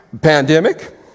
pandemic